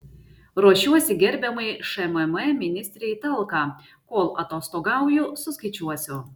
ruošiuosi gerbiamai šmm ministrei į talką kol atostogauju suskaičiuosiu